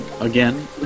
again